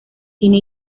cine